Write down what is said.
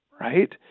right